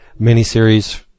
miniseries